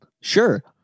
Sure